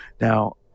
Now